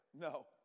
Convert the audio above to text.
No